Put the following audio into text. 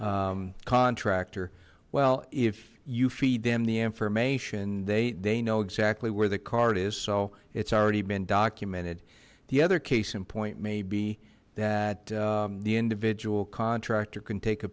a contractor well if you feed them the information they they know exactly where the cart is so it's already been documented the other case in point maybe that the individual contractor can take a